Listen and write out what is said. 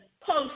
post